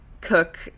Cook